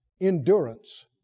endurance